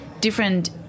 different